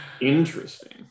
Interesting